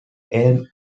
elm